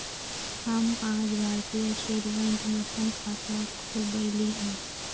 हम आज Bharatiya state bank में अप्पन खाता खोलबईली ह